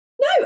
No